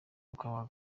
ukabaho